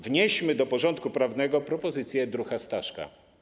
Wnieśmy do porządku prawnego propozycje druha Staszka.